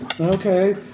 Okay